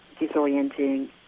disorienting